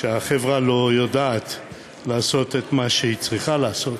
כשהחברה לא יודעת לעשות את מה שהיא צריכה לעשות,